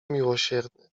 miłosierny